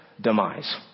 demise